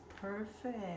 Perfect